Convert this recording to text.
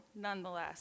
nonetheless